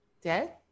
dead